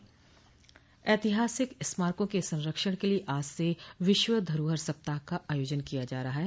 ऐतिहासिक स्मारकों के संरक्षण के लिये आज से विश्व धरोहर सप्ताह का आयोजन किया जा रहा है